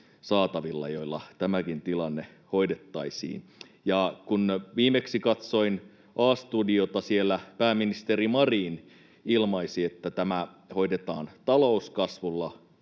saatavilla, joilla tämäkin tilanne hoidettaisiin. Ja kun viimeksi katsoin A-studiota, siellä pääministeri Marin ilmaisi, että tämä hoidetaan talouskasvulla